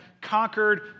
conquered